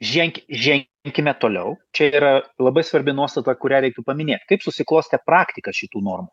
ženk žen enkime toliau čia yra labai svarbi nuostata kurią reiktų paminėt kaip susiklostė praktika šitų normų